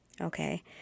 Okay